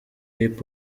hip